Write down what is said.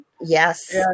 Yes